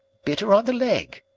bit er on the leg.